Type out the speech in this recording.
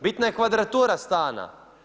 Bitna je kvadratura stana.